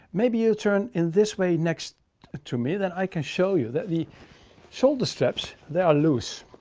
maybe you turn in this way next to me then i can show you that the shoulder straps. they are loose,